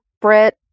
Brit